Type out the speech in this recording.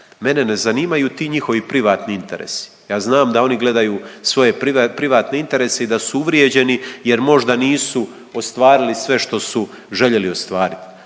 Mene ne zanimaju ti njihovi privatni interesi. Ja znam da oni gledaju svoje privatne interese i da su uvrijeđeni jer možda nisu ostvarili sve što su željeli ostvariti,